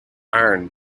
iron